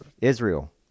Israel